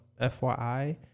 FYI